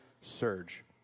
surge